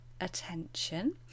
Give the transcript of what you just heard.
attention